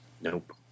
Nope